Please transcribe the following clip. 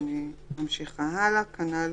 אני ממשיכה הלאה, כנ"ל